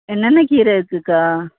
என்னென்ன கீரை இருக்குதுக்கா